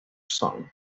song